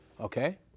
Okay